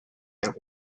and